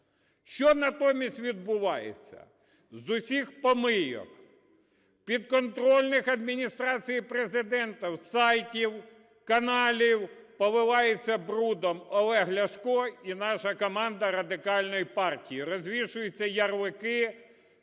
Що натомість відбувається? З усіх "помийок", підконтрольних Адміністрації Президента: сайтів, каналів – поливається брудом Олег Ляшко і наша команда Радикальної партії. Розвішуються ярлики,